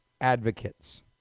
advocates